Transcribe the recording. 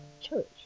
church